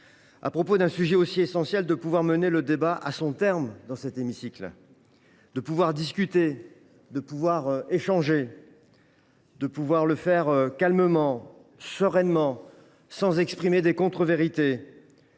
à propos d’un sujet aussi essentiel, de pouvoir mener le débat à son terme dans cet hémicycle, de pouvoir discuter et échanger calmement, sereinement, sans que des contre vérités